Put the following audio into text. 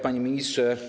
Panie Ministrze!